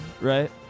right